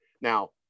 now